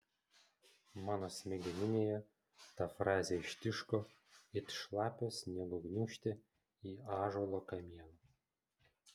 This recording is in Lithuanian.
mano smegeninėje ta frazė ištiško it šlapio sniego gniūžtė į ąžuolo kamieną